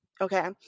okay